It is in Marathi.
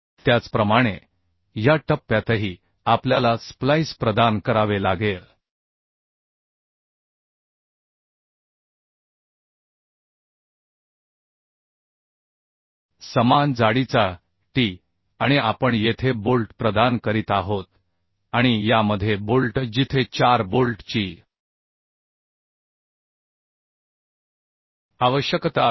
त्याचप्रमाणे या टप्प्यातही आपल्याला स्प्लाइस प्रदान करावे लागेल समान जाडीचा t आणि आपण येथे बोल्ट प्रदान करीत आहोत आणि यामध्ये बोल्ट जिथे 4 बोल्ट ची आवश्यकता असते